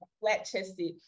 flat-chested